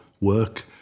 work